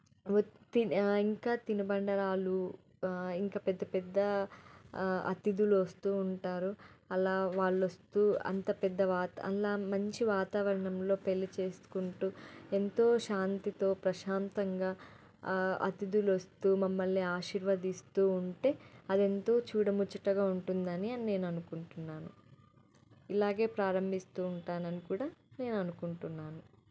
వత్ తినే ఇంకా తినుబండరాలు ఇంకా పెద్ద పెద్ద అతిధులు వస్తూ ఉంటారు అలా వాళ్ళు వస్తూ అంత పెద్ద వాతా అలా మంచి వాతావరణంలో పెళ్ళి చేసుకుంటూ ఎంతో శాంతితో ప్రశాంతంగా అతిధులు వస్తూ మమ్మల్ని ఆశీర్వదిస్తూ ఉంటే అది ఎంతో చూడముచ్చటగా ఉంటుందని అనేను అనుకుంటున్నాను ఇలాగే ప్రారంభిస్తూ ఉంటానని కూడా నేను అనుకుంటున్నాను